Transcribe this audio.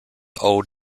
old